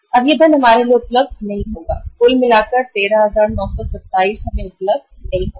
अब यह धन हमारे लिए उपलब्ध नहीं होगा कुल मिलाकर 13927 हमें उपलब्ध नहीं होगा